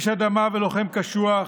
איש אדמה ולוחם קשוח,